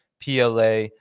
PLA